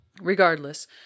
regardless